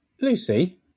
Lucy